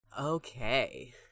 Okay